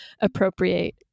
appropriate